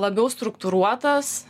labiau struktūruotas